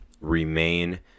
remain